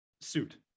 suit